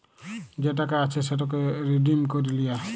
যে টাকা আছে সেটকে রিডিম ক্যইরে লিয়া